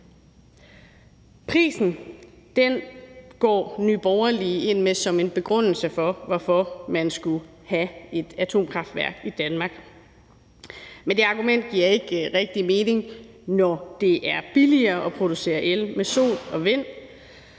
Nye Borgerlige går ind med prisen som en begrundelse for, at vi skal have et atomkraftværk i Danmark. Men det argument giver ikke rigtig mening, når det er billigere at producere el ved sol- og